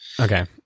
okay